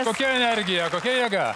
kokia energija kokia jėga